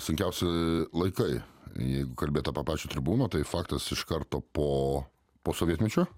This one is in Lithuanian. sunkiausi laikai jeigu kalbėt apie pačią tribūną tai faktas iš karto po po sovietmečio